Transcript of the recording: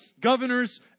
governors